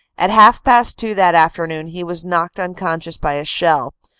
at half past two that afternoon he was knocked unconscious by a shell,